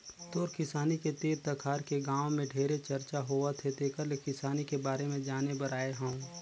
तोर किसानी के तीर तखार के गांव में ढेरे चरचा होवथे तेकर ले किसानी के बारे में जाने बर आये हंव